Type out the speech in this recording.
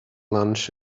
lunch